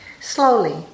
slowly